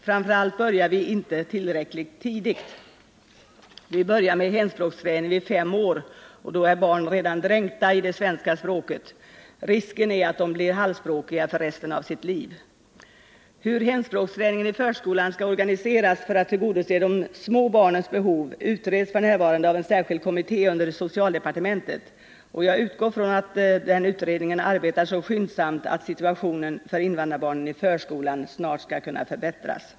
Framför allt börjar vi inte tillräckligt tidigt. Vi börjar med hemspråksträning vid fem år, men då är barn redan ”dränkta” i det svenska språket. Risken är att de blir halvspråkiga resten av sitt liv. Hur hemspråksträningen i förskolan skall organiseras för att tillgodose de små barnens behov utreds f. n. av en särskild kommitté under socialdepartementet, och jag utgår från att utredningen arbetar så skyndsamt att situationen för invandrarbarnen i förskolan snart kan förbättras.